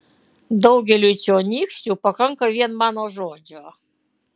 daugeliui čionykščių pakanka vien mano žodžio